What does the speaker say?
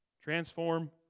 Transform